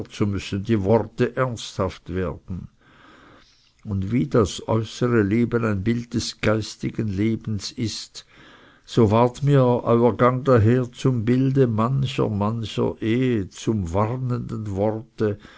so müssen die worte ernsthaft werden und wie das äußere leben ein bild des geistigen lebens ist so ward mir euer gang daher zum bilde mancher mancher ehe zum warnenden worte